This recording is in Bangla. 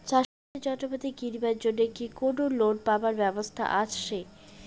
চাষের যন্ত্রপাতি কিনিবার জন্য কি কোনো লোন পাবার ব্যবস্থা আসে?